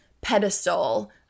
pedestal